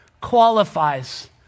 qualifies